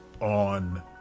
on